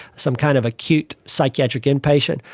some kind of acute psychiatric inpatient.